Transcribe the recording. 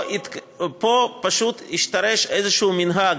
פה פשוט השתרש איזה מנהג,